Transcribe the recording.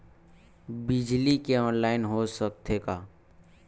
बिजली के ऑनलाइन हो सकथे का?